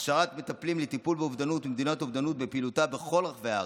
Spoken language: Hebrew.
הכשרת מטפלים לטיפול באובדנות ומניעת אובדנות בפעילותה בכל רחבי הארץ.